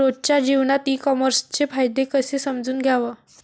रोजच्या जीवनात ई कामर्सचे फायदे कसे समजून घ्याव?